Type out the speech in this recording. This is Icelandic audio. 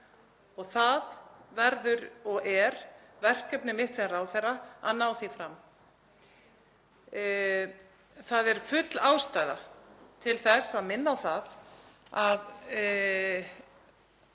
Það verður og er verkefni mitt sem ráðherra að ná því fram. Það er full ástæða til þess að minna á það að